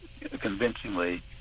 convincingly